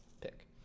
pick